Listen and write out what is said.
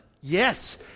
Yes